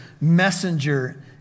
messenger